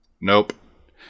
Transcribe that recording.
Nope